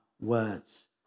words